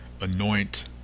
anoint